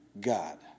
God